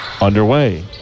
underway